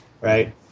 right